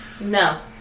No